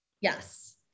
Yes